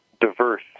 diverse